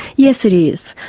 yes, it is.